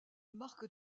marque